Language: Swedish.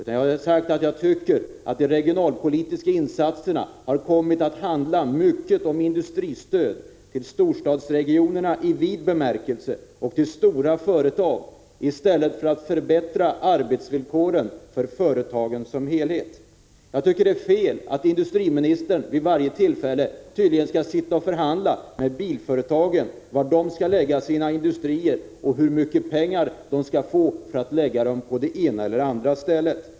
Jag har sagt att jag tycker att de regionalpolitiska insatserna har kommit att handla mycket om industristöd till storstadsregionerna i vid bemärkelse och till stora företag och att man i stället borde ha förbättrat arbetsvillkoren för företagsamheten som helhet. Jag tycker att det är fel att industriministern tydligen vid varje tillfälle skall sitta och förhandla med bilföretagen om var de skall lägga sina industrier och hur mycket pengar de skall få för att lägga dem på det ena eller andra stället.